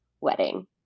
wedding